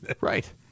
Right